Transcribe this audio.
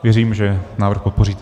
Věřím, že návrh podpoříte.